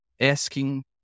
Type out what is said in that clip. asking